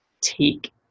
take